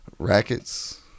Rackets